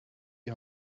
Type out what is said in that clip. die